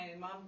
mom